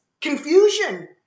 confusion